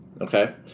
okay